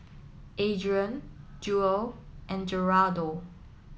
Adrien Jewel and Gerardo